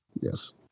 Yes